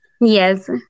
Yes